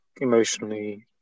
emotionally